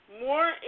more